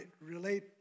relate